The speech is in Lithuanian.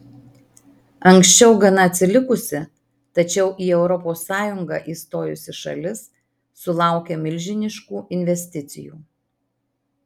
anksčiau gana atsilikusi tačiau į europos sąjungą įstojusi šalis sulaukia milžiniškų investicijų